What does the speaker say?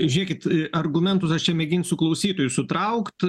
žiūrėkit argumentus aš čia mėginsiu klausytojų sutraukt